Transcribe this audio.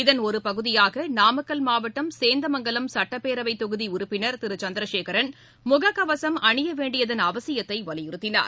இதன் ஒருபகுதியாக நாமக்கல் மாவட்டம் சேந்தமங்கலம் சட்டப்பேரவைத்தொகுதி உறுப்பினர் திரு சந்திரசேகரன் முகக்கவசம் அணியவேண்டியதன் அவசியத்தை வலியுறுத்தினார்